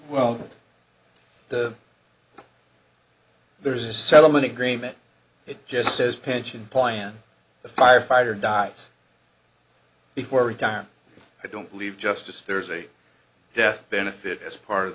well the there's a settlement agreement it just says pension plan a firefighter dives before retirement i don't believe justice there is a death benefit as part of